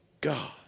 God